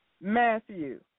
Matthew